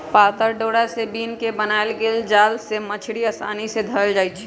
पातर डोरा से बिन क बनाएल गेल जाल से मछड़ी असानी से धएल जाइ छै